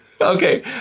Okay